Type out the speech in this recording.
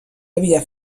havia